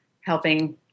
helping